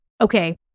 Okay